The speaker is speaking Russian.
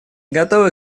готовы